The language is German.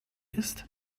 ist